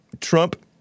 Trump